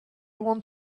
want